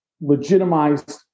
legitimized